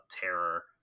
terror